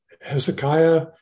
Hezekiah